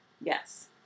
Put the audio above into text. Yes